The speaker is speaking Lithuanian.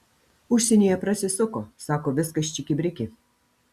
užsienyje prasisuko sako viskas čiki briki